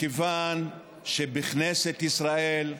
מכיוון שבכנסת ישראל,